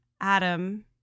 adam